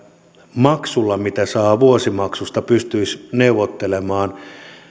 maksulla minkä ne saavat vuosimaksusta pystyisivät neuvottelemaan